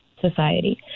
society